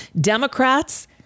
Democrats